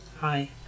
Hi